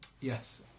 Yes